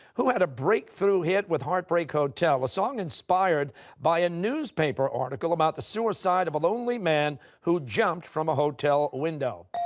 who had a breakthrough hit with heartbreak hotel, a song inspired by a newspaper article about the suicide suicide of a lonely man who jumped from a hotel window?